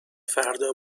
فردا